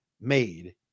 made